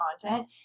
content